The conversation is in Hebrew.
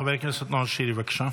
חבר הכנסת נאור שירי, בבקשה.